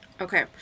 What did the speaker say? Okay